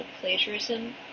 plagiarism